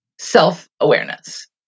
self-awareness